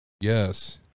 Yes